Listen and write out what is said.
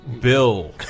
Bill